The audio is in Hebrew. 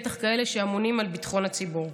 בטח כאלה שאמונים על ביטחון הציבור.